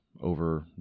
over